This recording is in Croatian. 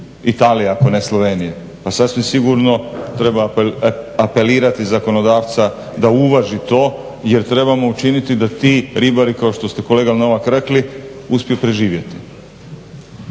Italije ako ne Slovenije. Pa sasvim sigurno treba apelirati zakonodavca da uvaži to jer trebamo učiniti da ti ribari, kao što ste kolega Novak rekli, uspiju preživjeti.